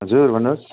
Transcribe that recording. हजुर भन्नुहोस्